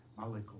malik